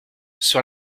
sur